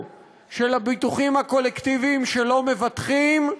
של הביטוחים הקולקטיביים שלא מבטחים,